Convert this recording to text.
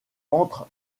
entre